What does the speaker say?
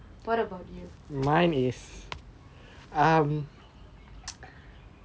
what about you